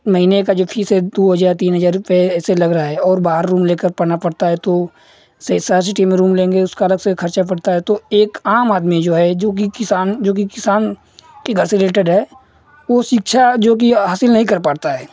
महीने का जो फ़ीस है दो हजार तीन हजार रुपये ऐसे लग रहा है और बाहर रूम लेकर पढ़ना पड़ता है तो सही सारी टीम में रूम लेंगे उसका अलग से खर्चा पड़ता है तो एक आम आदमी जो है जो कि किसान जो कि किसान कि घर से रिलेटेड है वो शिक्षा जो कि हासिल नहीं कर पड़ता है